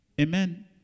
Amen